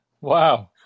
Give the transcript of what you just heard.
Wow